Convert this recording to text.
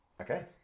okay